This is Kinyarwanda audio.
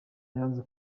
yanze